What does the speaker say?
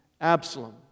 Absalom